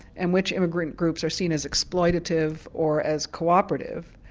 and which immigrant groups are seen as exploitative or as co-operative,